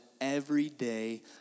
everyday